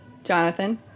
Jonathan